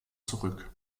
zurück